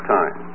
time